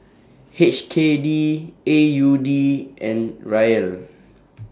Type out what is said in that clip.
H K D A U D and Riel